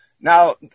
now